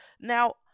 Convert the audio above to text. Now